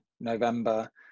November